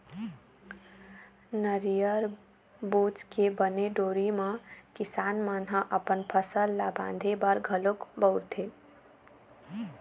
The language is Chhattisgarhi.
नरियर बूच के बने डोरी म किसान मन ह अपन फसल ल बांधे बर घलोक बउरथे